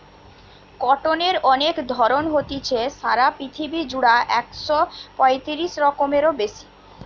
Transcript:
কটনের অনেক ধরণ হতিছে, সারা পৃথিবী জুড়া একশ পয়তিরিশ রকমেরও বেশি